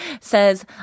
says